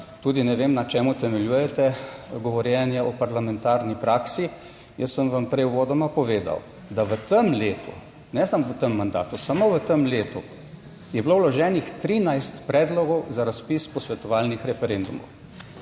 Tudi ne vem, na čem utemeljujete govorjenje o parlamentarni praksi. Jaz sem vam prej uvodoma povedal, da v tem letu, ne samo v tem mandatu, samo v tem letu je bilo vloženih 13 predlogov za razpis posvetovalnih referendumov,